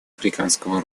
африканского